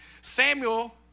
Samuel